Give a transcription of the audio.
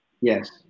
Yes